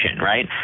Right